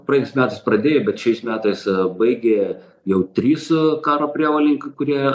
praeitais metais pradėję bet šiais metais baigė jau trys karo prievolininkai kurie